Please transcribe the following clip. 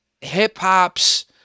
hip-hop's